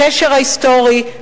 הקשר ההיסטורי,